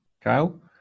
Kyle